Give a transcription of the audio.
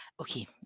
okay